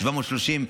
730,